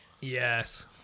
Yes